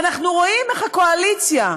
ואנחנו רואים איך הקואליציה,